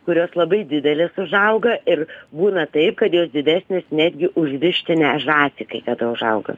kurios labai didelės užauga ir būna taip kad jos didesnės netgi už vištinę žąsį kai kada užauga